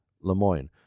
Lemoyne